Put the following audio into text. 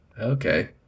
Okay